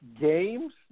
games